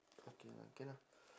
okay lah can lah